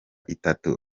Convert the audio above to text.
itatu